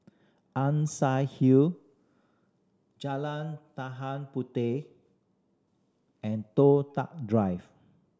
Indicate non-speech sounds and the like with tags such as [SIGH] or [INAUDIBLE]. Ann Siang Hill Jalan [UNINTELLIGIBLE] Puteh and Toh Tuck Drive